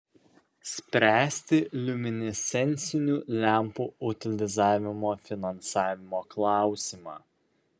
spręsti liuminescencinių lempų utilizavimo finansavimo klausimą